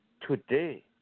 Today